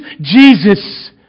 Jesus